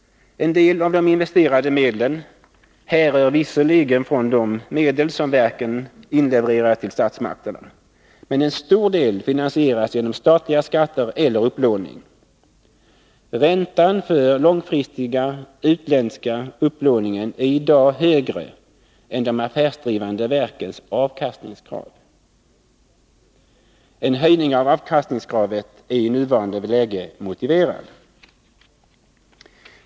En del av de investerade medlen härrör visserligen från de 9 medel som verken inlevererat till statsmakterna. Men en stor del finansieras genom statliga skatter eller upplåning. Räntan för den långfristiga utländska upplåningen är i dag högre än de affärsdrivande verkens avkastningskrav. En höjning av avkastningskravet är i nuvarande läge motiverad.